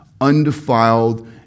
undefiled